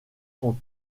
sont